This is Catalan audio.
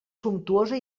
sumptuosa